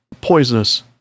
poisonous